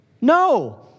No